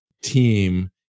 team